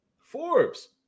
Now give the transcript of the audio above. Forbes